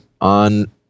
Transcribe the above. on